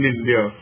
India